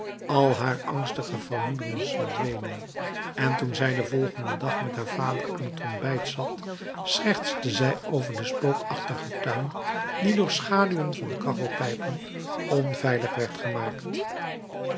al haar angstige vermoedens verdwenen en toen zij den volgenden dag met haar vader aan het ontbijt zat schertste zij over den spookachtigen tuin die door schaduwen van kachelpijpen onveilig werd gemaakt